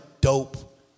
dope